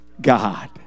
God